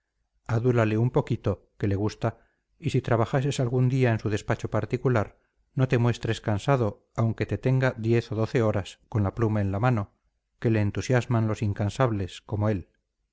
adúlale un poquito que le gusta y si trabajases algún día en su despacho particular no te muestres cansado aunque te tenga diez o doce horas con la pluma en la mano que le entusiasman los incansables como él